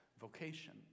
vocation